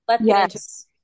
Yes